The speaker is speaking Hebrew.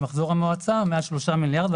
את מחזור המועצה מעל 3 מיליארד שקל.